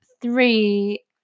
three